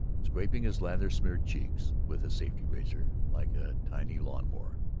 scraping his lather-smeared cheeks with a safety-razor like a tiny lawn-mower,